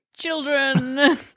Children